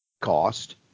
cost